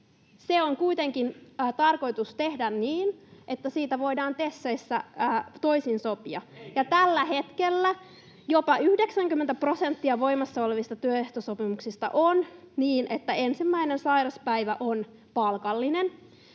se on kuitenkin tarkoitus tehdä niin, että siitä voidaan TESeissä toisin sopia, ja tällä hetkellä jopa 90 prosentissa voimassa olevista työehtosopimuksista ensimmäinen sairaspäivä on palkallinen.